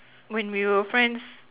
when we were friends